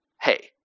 hey